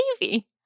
baby